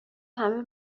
همه